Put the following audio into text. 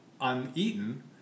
uneaten